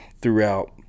throughout